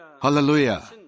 Hallelujah